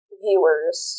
viewers